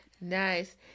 Nice